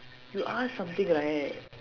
you ask something right